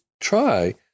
try